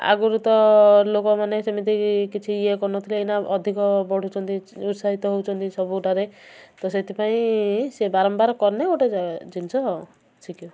ଆଗରୁ ତ ଲୋକମାନେ ସେମିତି କିଛି ଇଏ କରୁନଥିଲେ ଏଇନା ଅଧିକ ବଢ଼ୁଛନ୍ତି ଉତ୍ସାହିତ ହେଉଛନ୍ତି ସବୁଟାରେ ତ ସେଥିପାଇଁ ସେ ବାରମ୍ବାର କନେଲେ ଗୋଟେ ଜିନିଷ ଶିଖିବ